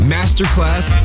Masterclass